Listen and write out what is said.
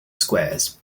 squares